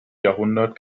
jahrhundert